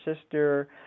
sister